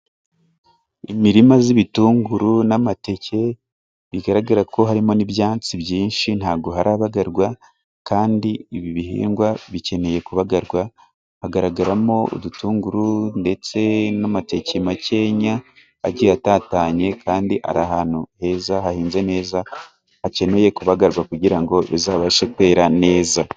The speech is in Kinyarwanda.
Imirima y'ibitunguru n'amateke bigaragara ko harimo n'ibyatsi byinshi ntabwo harabagarwa kandi ibi bihingwa bikeneye kubagarwa hagaragaramo udutunguru ndetse n'amateke makeya agiye atatanye kandi ari ahantu heza hahinze neza hakeneye kubagarwa kugira ngo bizabashe kwera neza.